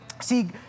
See